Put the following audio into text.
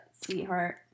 sweetheart